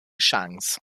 chance